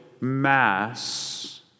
Mass